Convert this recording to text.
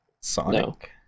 Sonic